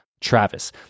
Travis